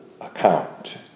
account